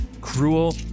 cruel